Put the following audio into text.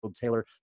Taylor